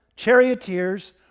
charioteers